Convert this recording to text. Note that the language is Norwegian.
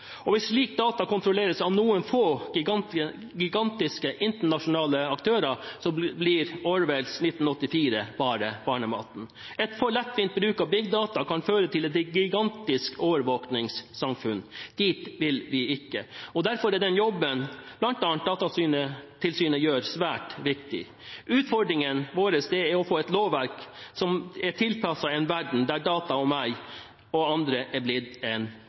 Hvis slik data kontrolleres av noen få gigantiske internasjonale aktører, blir Orwells 1984 bare barnematen. En for lettvint bruk av Big Data kan føre til et gigantisk overvåkingssamfunn. Dit vil vi ikke. Derfor er den jobben bl.a. Datatilsynet gjør, svært viktig. Utfordringen vår er å få et lovverk som er tilpasset en verden der data om meg og andre er blitt en